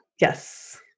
Yes